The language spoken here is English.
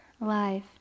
life